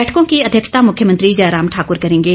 बैठकों की अध्यक्षता मुख्यमंत्री जयराम ठाकूर करेंगे